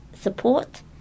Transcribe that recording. support